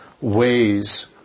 ways